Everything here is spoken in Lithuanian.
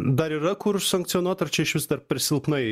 dar yra kur sankcionuot ar čia išvis dar per silpnai